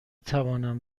توانم